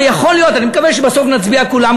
ויכול להיות,